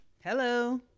Hello